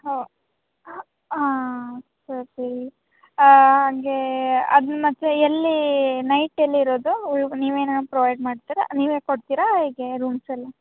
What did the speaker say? ಹೋ ಹ್ ಹಾಂ ಸರಿ ಹಾಗೆ ಅದು ಮತ್ತೆಲ್ಲಿ ನೈಟ್ ಎಲ್ಲಿರೋದು ವ್ಯೆ ನೀವೇನಾದ್ರು ಪ್ರೊವೈಡ್ ಮಾಡ್ತೀರಾ ನೀವೇ ಕೊಡ್ತೀರಾ ಹೇಗೆ ರೂಮ್ಸೆಲ್ಲ